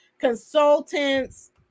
consultants